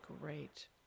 Great